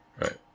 Right